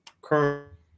current